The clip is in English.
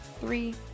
three